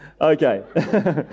Okay